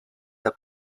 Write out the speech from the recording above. the